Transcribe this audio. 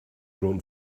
grown